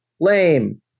Lame